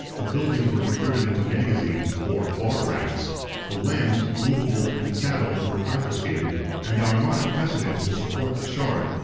the buildings were converted into magazines, or bar racks the lands, movables, and cattle were confiscated and our modern precedents will support the charge,